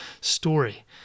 story